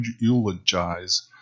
eulogize